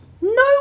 no